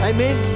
Amen